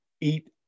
eat